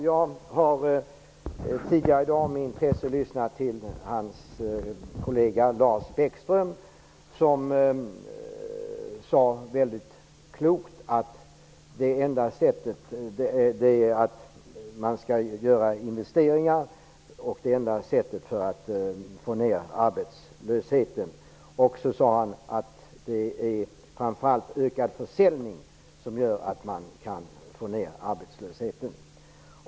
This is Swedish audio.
Jag har tidigare i dag med intresse lyssnat till hans partikollega Lars Bäckström, som väldigt klokt sade att man måste göra investeringar och att det är det enda sättet att få ner arbetslösheten. Sedan sade Lars Bäckström att det framför allt är försäljning som kan bidra till att få ned arbetslösheten.